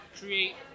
create